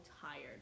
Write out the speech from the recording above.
tired